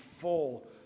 full